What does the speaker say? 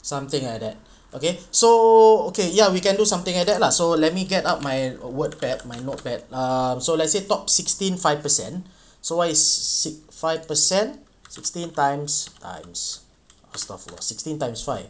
something like that okay so okay ya we can do something like that lah so let me get up my word pad my notepad ah so let's say top sixteen five percent so I six five per cent sixteen times times stuff about sixteen times five